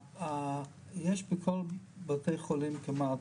יש בכל בתי חולים כלומר,